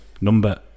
Number